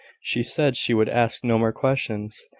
she said she would ask no more questions,